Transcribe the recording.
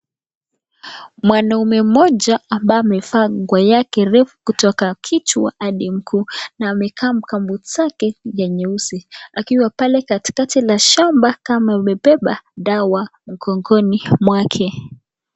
Mwanaume mmoja ambaye amevaa nguo yake refu kutoka kichwa hadi mguu na amevaa gumboots yake ya nyeusi. Akiwa pale katikati la shamba kama amebeba dawa mgongoni mwake.